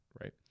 right